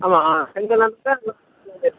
ஆமாம் ஆ செங்கல்